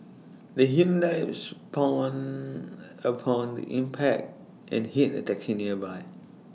the Hyundai spun upon impact and hit A taxi nearby